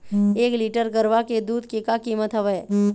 एक लीटर गरवा के दूध के का कीमत हवए?